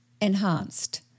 enhanced